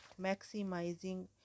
maximizing